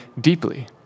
deeply